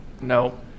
no